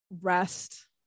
rest